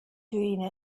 doing